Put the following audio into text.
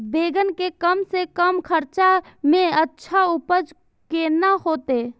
बेंगन के कम से कम खर्चा में अच्छा उपज केना होते?